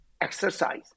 exercise